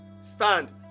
stand